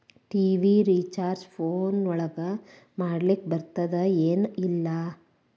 TV recharge phone ಒಳಗ ಮಾಡ್ಲಿಕ್ ಬರ್ತಾದ ಏನ್ ಇಲ್ಲ?